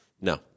No